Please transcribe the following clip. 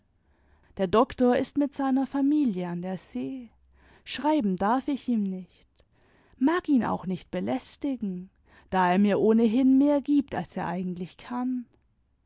der doktor ist mit seiner familie an der see schreiben darf ich ihm nicht mag ihn auch nicht belästigen da er mir ohnehin mehr gibt als er eigentlich kann